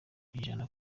ijana